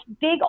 big